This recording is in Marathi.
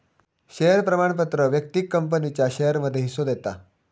शेयर प्रमाणपत्र व्यक्तिक कंपनीच्या शेयरमध्ये हिस्सो देता